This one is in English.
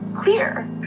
clear